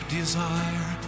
desire